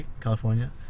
California